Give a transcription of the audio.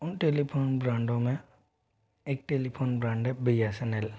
उन टेलीफोन ब्रांडों में एक टेलीफोन ब्रांड है बी एस नल